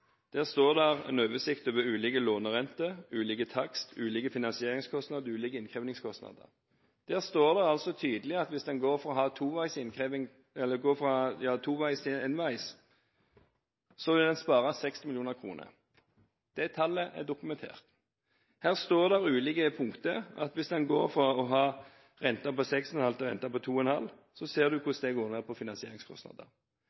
Der står det en oversikt over ulike lånerenter, ulike takster, ulike finansieringskostnader og ulike innkrevingskostnader. Der står det tydelig at hvis man går fra å ha toveisinnkreving til enveisinnkreving, vil man spare 60 mill. kr. Det tallet er dokumentert. Her står det ulike punkter: Hvis man går fra å ha renter på 6,5 pst. til 2,8 pst. ser man hvordan finansieringskostnadene går ned. Så